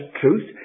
truth